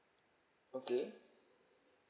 okay